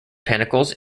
panicles